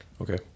Okay